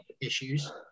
issues